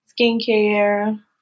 skincare